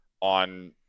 on